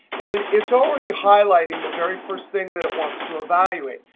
and it's already highlighting the very first thing that it wants to evaluate.